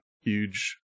huge